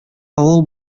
авыл